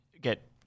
get